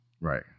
Right